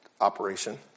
operation